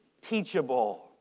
teachable